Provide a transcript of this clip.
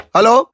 Hello